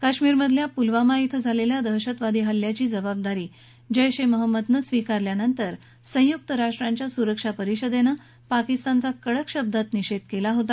कश्मीरमधल्या पुलवामा ांड झालेल्या दहशतवादी हल्ल्याची जबाबदारी जैश ए महम्मदनं स्वीकारल्यानंतर संयुक्त राष्ट्रांच्या सुरक्षा परिषदेनं पाकिस्तानचा कडक शब्दात निषेध केला होता